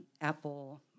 Apple